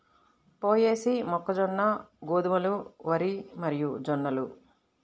పొయేసీ, మొక్కజొన్న, గోధుమలు, వరి మరియుజొన్నలు